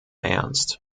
ernst